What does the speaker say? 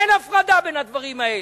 אין הפרדה בין הדברים האלה.